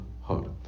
heart